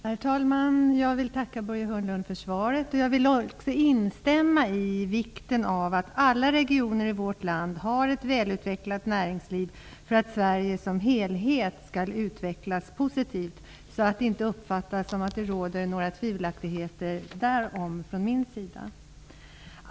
Herr talman! Jag vill tacka Börje Hörnlund för svaret. Jag vill också instämma i vikten av att alla regioner i vårt land har ett välutvecklat näringsliv för att Sverige som helhet skall utvecklas positivt, så att det inte uppfattas som att det här finns några skiljaktigheter från min sida.